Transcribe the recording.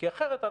כי אחרת,